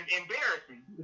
embarrassing